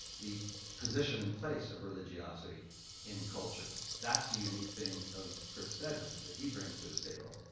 the position and place of religiosity in culture. that's the unique thing of chris stedman that he brings to the table.